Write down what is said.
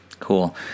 Cool